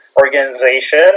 organization